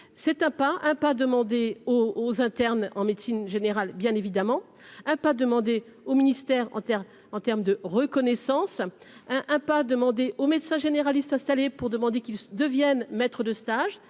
c'est un pas, un pas demander aux internes en médecine générale, bien évidemment, hein, pas demander au ministère en terme en terme de reconnaissance hein hein pas demander au médecin généraliste installé pour demander qu'il devienne maître de stage,